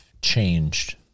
changed